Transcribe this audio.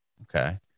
Okay